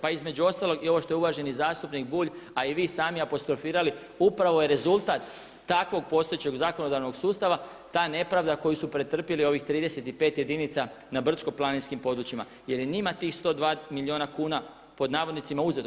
Pa između ostalog i ovo što je uvaženi zastupnik Bulj a i vi sami apostrofirali upravo je rezultat takvog postojećeg zakonodavnog sustava ta nepravda koju su pretrpjeli ovih 35 jedinica na brdsko-planinskim područjima jer je njima tih 120 milijuna kuna pod navodnicima uzeto.